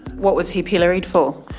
what was he pilloried for?